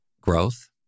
growth